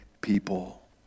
people